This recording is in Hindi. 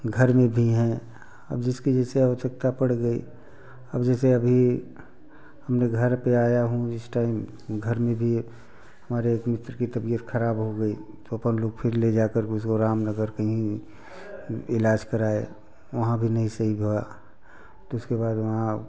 घर में भी हैं अब जिसकी जैसे आवश्यकता पड़ गई अब जैसे अभी अपने घर पे आया हूँ इस टाइम घर में भी हमारे एक मित्र की तबियत खराब हो गई तो अपन लोग फिर ले जाकर के उसको रामनगर कहीं इलाज कराए वहाँ भी नहीं सही भा तो उसके बाद वहाँ